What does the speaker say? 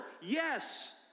Yes